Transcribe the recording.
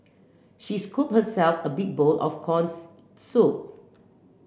she scooped herself a big bowl of corns soup